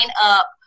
up